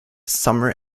summer